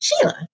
Sheila